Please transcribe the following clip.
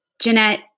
Jeanette